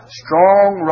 strong